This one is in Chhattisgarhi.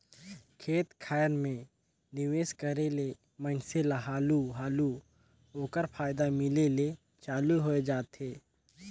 खेत खाएर में निवेस करे ले मइनसे ल हालु हालु ओकर फयदा मिले ले चालू होए जाथे